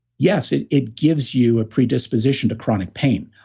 yes, it it gives you a predisposition to chronic pain,